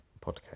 podcast